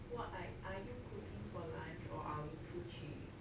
what are are you cooking for lunch or are we 出去